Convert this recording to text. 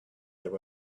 there